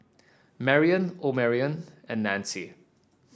Marrion Omarion and Nanci